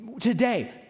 Today